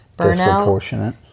disproportionate